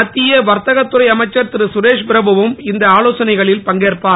மத்திய வர்த்தக துறை அமைச்சர் திரு சுரேஷ் பிரபுவும் இந்த ஆலோசனைகளில் பங்கேற்பார்